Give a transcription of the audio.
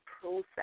process